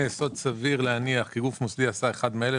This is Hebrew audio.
יסוד סביר להניח כי גוף מוסדי עשה אחה מאלה,